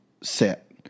set